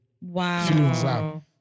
Wow